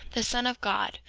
the son of god,